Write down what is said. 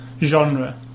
genre